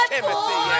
Timothy